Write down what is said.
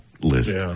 list